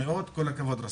על הכבוד רוסלאן.